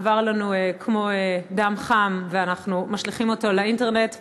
עבר לנו כמו דם חם ואנחנו משליכים אותו לאינטרנט?